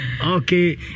Okay